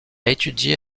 étudié